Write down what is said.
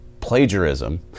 plagiarism